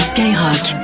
Skyrock